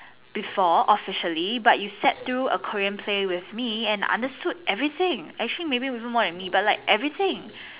before officially but you sat through a Korean play with me and understood everything actually maybe even more than me but everything